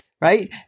Right